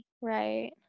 Right